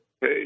Hey